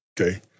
okay